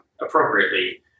appropriately